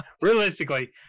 realistically